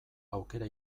aukera